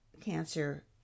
cancer